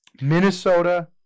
Minnesota